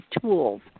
tools